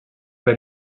per